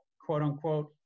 quote-unquote